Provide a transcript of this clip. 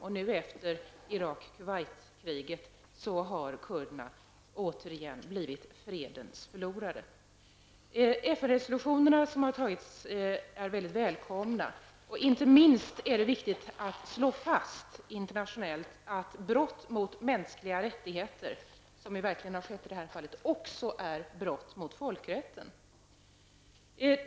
Nu efter kriget mellan Irak och Kuwait har kurderna återigen blivit fredens förlorare. De FN-resolutioner som har tagits är välkomna. Inte minst är det viktigt att internationellt slå fast att brott mot mänskliga rättigheter, som verkligen har skett i det här fallet, också är brott mot folkrätten.